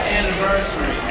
anniversary